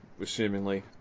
assumingly